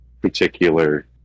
particular